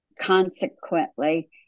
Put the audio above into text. consequently